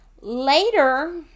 Later